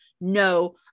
no